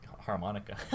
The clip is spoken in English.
harmonica